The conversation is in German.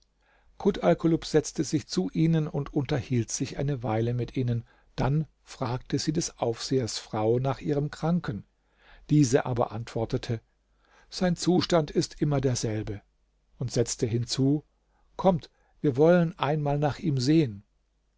kut alkulub setzte sich zu ihnen und unterhielt sich eine weile mit ihnen dann fragte sie des aufsehers frau nach ihrem kranken diese aber antwortete sein zustand ist immer derselbe und setzte hinzu kommt wir wollen einmal nach ihm sehen